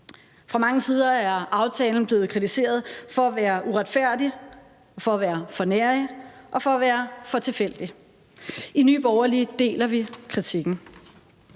Fra mange sider er aftalen blevet kritiseret for at være uretfærdig, for at være for nærig og for at være for tilfældig. I Nye Borgerlige deler vi kritikken.